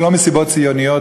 ולא מסיבות ציוניות,